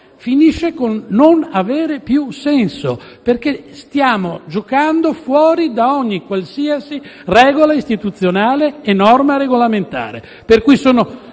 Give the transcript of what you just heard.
finisce col non avere più senso, perché stiamo giocando fuori da qualsivoglia regola istituzionale e norma regolamentare.